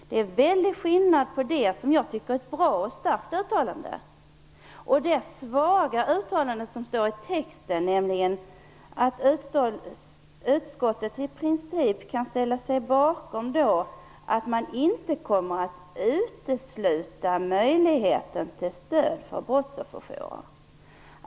Det är en väldig skillnad mellan det, som jag tycker är ett bra och starkt uttalande, och det svaga uttalande som står i texten, nämligen att utskottet i princip kan ställa sig bakom att man inte kommer att utesluta möjligheten till stöd för brottsofferjourerna.